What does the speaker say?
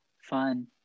Fun